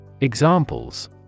Examples